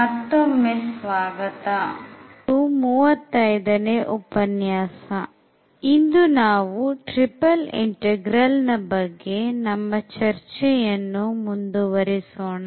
ಮತ್ತೊಮ್ಮೆ ಸ್ವಾಗತ ಇದು 35 ನೇ ಉಪನ್ಯಾಸಇಂದು ನಾವು ಟ್ರಿಪಲ್ ಇಂಟೆಗ್ರಲ್ ನ ಬಗ್ಗೆ ನಮ್ಮ ಚರ್ಚೆಯನ್ನು ಮುಂದುವರೆಸೋಣ